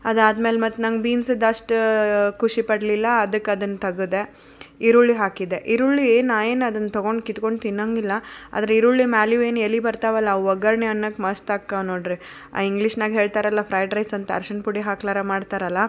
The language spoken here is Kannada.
ಅದಾದ್ಮೇಲೆ ಮತ್ತು ನಂಗೆ ಬೀನ್ಸಿದ್ದು ಅಷ್ಟು ಖುಷಿ ಪಡಲಿಲ್ಲ ಅದಕ್ಕೆ ಅದನ್ನ ತೆಗೆದೆ ಈರುಳ್ಳಿ ಹಾಕಿದೆ ಈರುಳ್ಳಿ ಏನು ನಾನು ಏನು ಅದನ್ನ ತೊಗೊಂಡು ಕಿತ್ಕೊಂಡು ತಿನ್ನೋಂಗಿಲ್ಲ ಆದರೆ ಈರುಳ್ಳಿ ಮೇಲೆ ಏನು ಎಲೆ ಬರ್ತಾವಲ್ಲ ಅವು ಒಗ್ಗರಣೆ ಅನ್ನೋಕೆ ಮಸ್ತ್ ಹಾಕಾವ ನೋಡಿರಿ ಆ ಇಂಗ್ಲಿಷ್ನಾಗ ಹೇಳ್ತಾರಲ್ಲ ಫ್ರೈಡ್ ರೈಸ್ ಅಂತ ಅರಶಿನ ಪುಡಿ ಹಾಕ್ಲಾರ ಮಾಡ್ತಾರಲ್ಲ